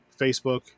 Facebook